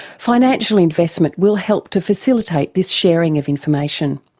financial investment will help to facilitate this sharing of information.